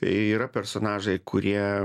yra personažai kurie